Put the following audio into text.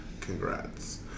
Congrats